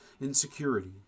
insecurity